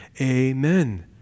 Amen